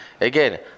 Again